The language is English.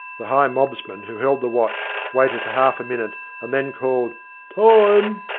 the high mobsman who held the watch waited for half a minute and then called time!